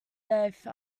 life